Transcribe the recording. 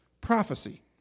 prophecy